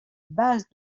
base